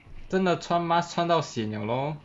真的穿 mask 穿到 sian 了 lor